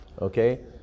okay